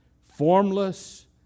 Formless